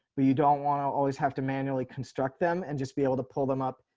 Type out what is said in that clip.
but you don't want to always have to manually construct them and just be able to pull them up.